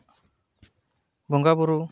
ᱵᱚᱸᱜᱟ ᱵᱩᱨᱩ